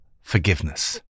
forgiveness